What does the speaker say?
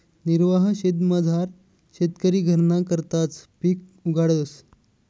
निर्वाह शेतीमझार शेतकरी घरना करताच पिक उगाडस